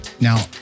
Now